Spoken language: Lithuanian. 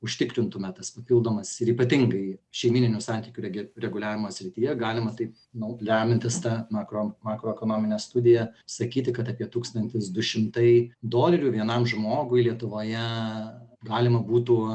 užtikrintume tas papildomas ir ypatingai šeimyninių santykių regiu reguliavimo srityje galima taip nu lemiantis ta makro makroekonomine studija sakyti kad apie tūkstantis du šimtai dolerių vienam žmogui lietuvoje galima būtų